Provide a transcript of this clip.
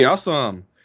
Awesome